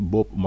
Bob